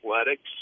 Athletics